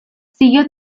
siguió